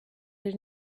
had